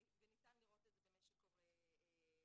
וניתן לראות את זה במה שקורה בעולם,